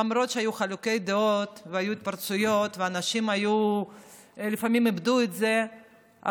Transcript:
למרות שהיו חילוקי דעות והתפרצויות ואנשים לפעמים איבדו את זה,